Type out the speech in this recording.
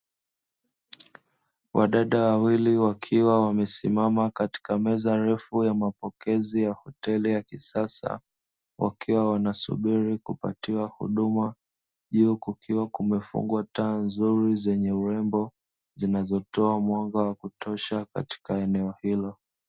Wadada wawili wakiwa wamesimama katika meza refu ya mapokezi ya hoteli ya kisasa, wakiwa wanasubiri kupatiwa huduma juu kumefungwa taanzuri zenye urembo zinzotoa mwanga wa kutosha katika eneo hilo.